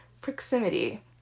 proximity